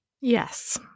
Yes